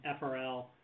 FRL